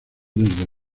desde